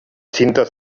cintes